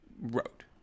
wrote